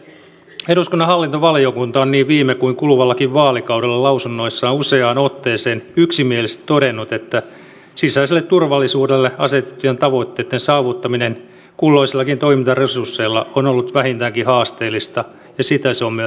eduskunnan hallintovaliokunta on niin viime kuin kuluvallakin vaalikaudella lausunnoissaan useaan otteeseen yksimielisesti todennut että sisäiselle turvallisuudelle asetettujen tavoitteitten saavuttaminen kulloisillakin toimintaresursseilla on ollut vähintäänkin haasteellista ja sitä se on myös jatkossa